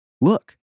Look